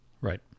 Right